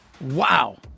wow